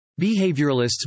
Behavioralists